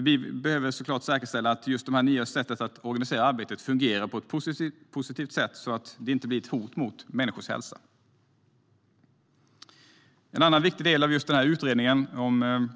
Vi behöver såklart säkerställa att dessa nya sätt att organisera arbetet fungerar på ett positivt sätt så att de inte blir ett hot mot människors hälsa. En annan viktig del av utredningen om